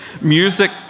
music